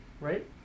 right